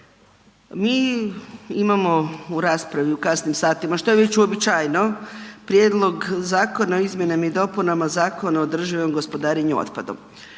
Mi imamo u raspravi u kasnim satima, što je već uobičajeno Prijedlog zakona o izmjenama i dopunama Zakona o održivom gospodarenju otpadom.